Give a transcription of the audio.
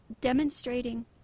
demonstrating